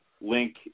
link